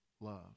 love